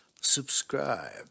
subscribe